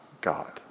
God